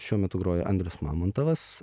šiuo metu groja andrius mamontovas